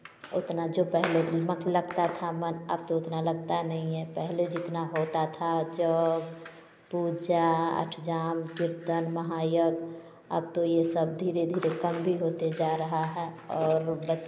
उतना जो पहले दिमाग लगता था मन अब तो उतना लगता नहीं है पहले जितना होता था जप पूजा अठजाम महायज्ञ अब तो ये सब धीरे धीरे कम भी होता जा रहा है और